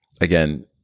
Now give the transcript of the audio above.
Again